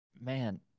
Man